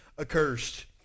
accursed